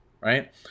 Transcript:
Right